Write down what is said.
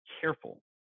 careful